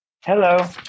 Hello